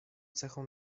cechą